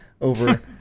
over